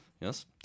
Yes